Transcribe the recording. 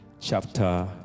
chapter